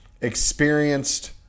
experienced